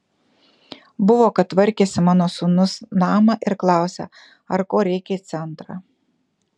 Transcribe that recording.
buvo kad tvarkėsi mano sūnus namą ir klausia ar ko reikia į centrą